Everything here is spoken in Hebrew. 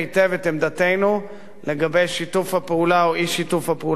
לגבי שיתוף הפעולה או אי-שיתוף הפעולה עם ועדת-גולדסטון.